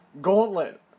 gauntlet